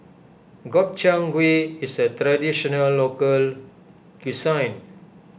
Gobchang Gui is a Traditional Local Cuisine